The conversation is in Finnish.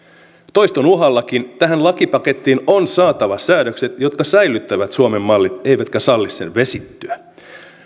toiston uhallakin tähän lakipakettiin on saatava säädökset jotka säilyttävät suomen mallin eivätkä salli sen vesittyä